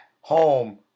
home